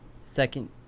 Second